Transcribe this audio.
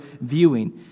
viewing